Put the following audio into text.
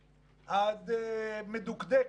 מדוקדקת,